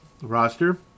roster